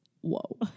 Whoa